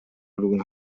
luna